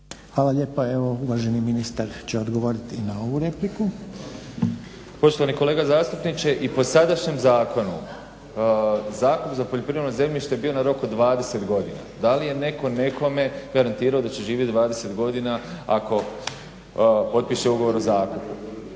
Hvala lijepa. Evo uvaženi ministar će odgovoriti i na ovu repliku. **Jakovina, Tihomir (SDP)** Poštovani kolega zastupniče i po sadašnjem zakonu zakup za poljoprivredno zemljište je bio na rok od 20 godina. Da li je netko nekome garantirao da će živjeti 20 godina ako potpiše ugovor o zakupu?